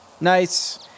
Nice